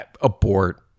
Abort